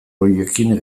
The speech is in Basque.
horirekin